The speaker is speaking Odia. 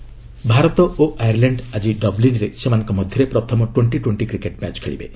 କ୍ରିକେଟ୍ ଭାରତ ଓ ଆୟାର୍ଲ୍ୟାଣ୍ଡ ଆଜି ଡବ୍ଲିନ୍ରେ ସେମାନଙ୍କ ମଧ୍ୟରେ ପ୍ରଥମ ଟ୍ୱେଣ୍ଟି ଟ୍ୱେଣ୍ଟି କ୍ରିକେଟ୍ ମ୍ୟାଚ୍ ଖେଳିବେ